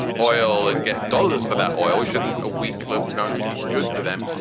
oil and get dollars for that oil, we shouldn't. a weak local currency be good for them?